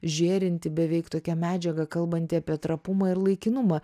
žėrinti beveik tokia medžiaga kalbanti apie trapumą ir laikinumą